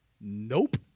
Nope